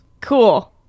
Cool